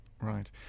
right